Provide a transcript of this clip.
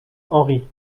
henri